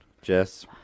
Jess